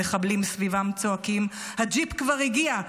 המחבלים סביבם צועקים: "הג'יפ כבר הגיע,